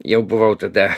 jau buvau tada